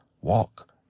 walk